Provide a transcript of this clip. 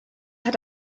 hat